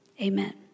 Amen